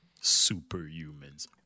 Superhumans